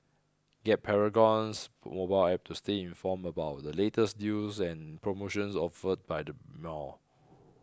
get Paragon's mobile app to stay informed about the latest deals and promotions offered by the mall